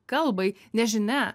kalbai nežinia